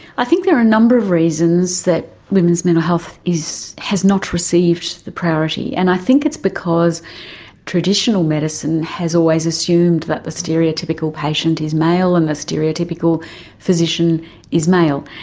i think there are a number of reasons that women's mental health has not received the priority, and i think it's because traditional medicine has always assumed that the stereotypical patient is male and the stereotypical physician is male,